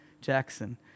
Jackson